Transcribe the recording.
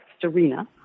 Serena